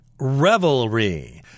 revelry